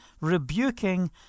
rebuking